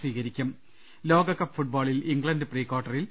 സ്വീകരിക്കും ലോകകപ്പ് ഫുട്ബോളിൽ ഇംഗ്ലണ്ട് പ്രീ കാർട്ടറിൽ